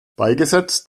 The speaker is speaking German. beigesetzt